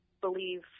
believe